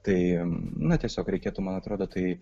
tai na tiesiog reikėtų man atrodo tai